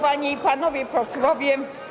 Panie i Panowie Posłowie!